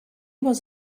was